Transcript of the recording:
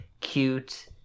cute